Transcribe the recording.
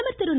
பிரதமர் திரு